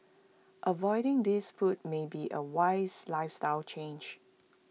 avoiding these foods may be A wise lifestyle change